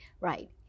right